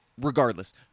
regardless